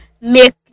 make